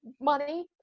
money